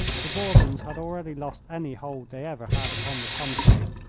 the bourbons had already lost any hold they ever had upon the country,